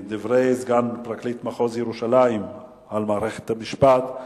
דברי סגן פרקליט מחוז ירושלים על מערכת המשפט.